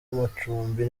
amacumbi